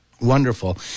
Wonderful